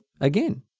again